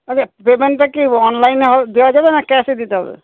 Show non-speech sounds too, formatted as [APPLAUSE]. আচ্ছা পেমেন্টটা কি অনলাইনে [UNINTELLIGIBLE] দেওয়া যাবে না ক্যাশে দিতে হবে